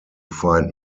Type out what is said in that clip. find